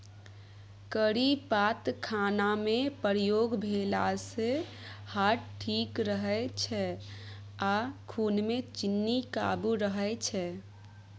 करी पात खानामे प्रयोग भेलासँ हार्ट ठीक रहै छै आ खुनमे चीन्नी काबू रहय छै